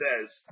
says